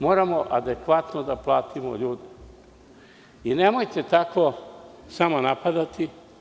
Moramo adekvatno da platimo ljude Nemojte tako samo napadati.